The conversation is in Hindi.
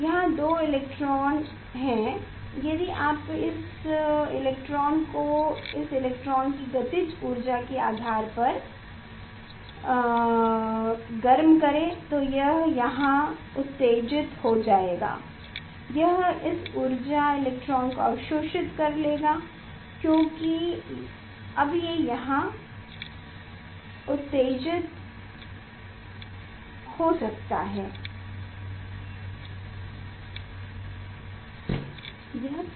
यहाँ दो इलेक्ट्रॉन हैं यदि आप इस इलेक्ट्रॉन को इस इलेक्ट्रॉन की ऊर्जा गतिज ऊर्जा के आधार पर गर्म करते हैं ऊर्जा देते हैं तो यह यहाँ उत्तेजित हो जाएगा यह उस इलेक्ट्रॉन ऊर्जा को अवशोषित कर लेगा और उत्तेजित हो कर यहा आ जाएगा